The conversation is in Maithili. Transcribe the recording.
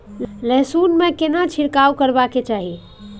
लहसुन में केना छिरकाव करबा के चाही?